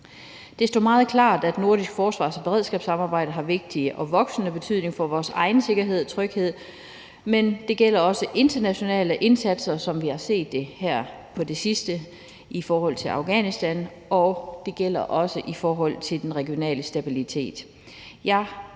Det står meget klart, at det nordiske forsvars- og beredskabssamarbejde har en vigtig og voksende betydning for vores egen sikkerhed og tryghed, men det gælder også internationale indsatser, som vi har set det her på det sidste i forhold til Afghanistan, og det gælder også i forhold til den regionale stabilitet.